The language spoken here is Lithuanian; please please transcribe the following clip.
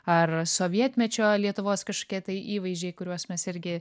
ar sovietmečio lietuvos kažkokie tai įvaizdžiai kuriuos mes irgi